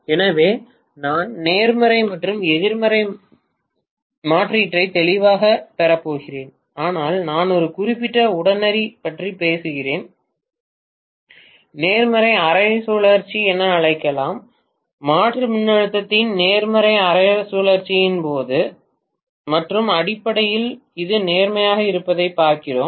எனவே நான் நேர்மறை மற்றும் எதிர்மறை மாற்றீட்டை தெளிவாகப் பெறப்போகிறேன் ஆனால் நான் ஒரு குறிப்பிட்ட உடனடி பற்றி பேசுகிறேன் நேர்மறை அரை சுழற்சி என அழைக்கலாம் மாற்று மின்னழுத்தத்தின் நேர்மறை அரை சுழற்சியின் போது மற்றும் அடிப்படையில் இது நேர்மறையாக இருப்பதைப் பார்க்கிறேன்